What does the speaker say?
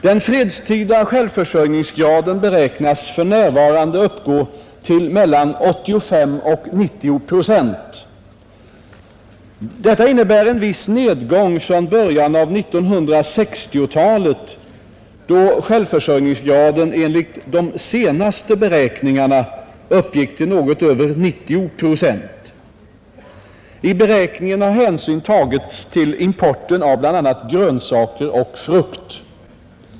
Den fredstida självförsörjningsgraden beräknas för närvarande uppgå till 85—90 procent. Detta innebär en viss nedgång från början av 1960-talet då självförsörjningsgraden enligt de senaste beräkningarna uppgick till något över 90 procent. I beräkningarna har hänsyn tagits till importen av bl.a. grönsaker och frukt.